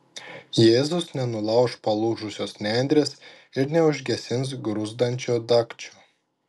jėzus nenulauš palūžusios nendrės ir neužgesins gruzdančio dagčio